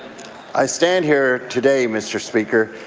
i stand here today, mr. speaker,